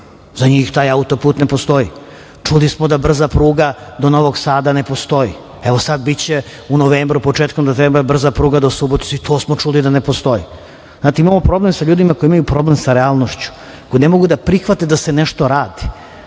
Za njih taj auto-put ne postoji. Čuli smo da brza pruga do Novog Sada ne postoji. Evo početkom novembra ići će brza pruga do Subotice i to smo čuli da ne postoji. Znate, imamo problem sa ljudima koji imaju problem sa relanošću, koji ne mogu da prihvate da se nešto